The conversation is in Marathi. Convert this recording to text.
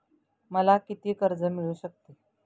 मला किती कर्ज मिळू शकते?